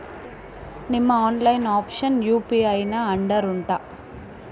ನಿಮ್ಮ online application UPI ನ under ಉಂಟಾ